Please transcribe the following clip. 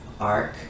arc